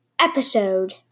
episode